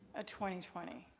ah twenty? twenty